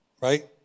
Right